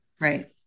Right